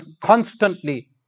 constantly